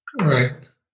right